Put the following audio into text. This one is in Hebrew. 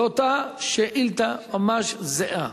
זו אותה שאילתא וממש זהה.